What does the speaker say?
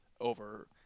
over